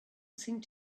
seemed